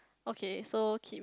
okay so keep